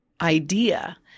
idea